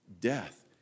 death